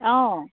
অঁ